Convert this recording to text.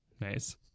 Nice